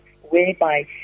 whereby